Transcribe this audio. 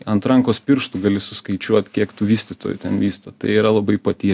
ant rankos pirštų gali suskaičiuot kiek tų vystytojų ten vysto tai yra labai patyrę